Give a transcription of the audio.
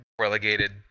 relegated